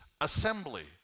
assembly